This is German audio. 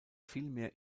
vielmehr